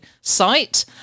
site